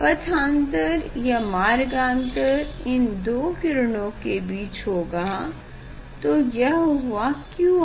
पथांतर या मार्गान्तर इन दो किरणों के बीच होगा तो यह हुआ QR